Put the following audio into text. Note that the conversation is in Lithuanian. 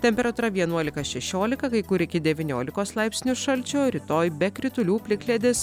temperatūra vienuolika šešiolika kai kur iki devyniolikos laipsnių šalčio rytoj be kritulių plikledis